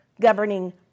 governing